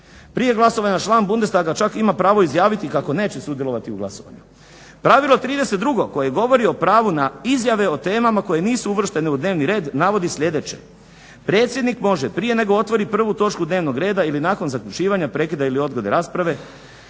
Prije glasovanja član Bundestaga čak ima pravo izjaviti kako neće sudjelovati u glasovanju. Pravilo 32 koje govori o pravu na izjave o temama koje nisu uvrštene u dnevni red navodi sljedeće: "predsjednik može prije nego otvori prvu točku dnevnog reda ili nakon zaključivanja, prekida ili odgode rasprave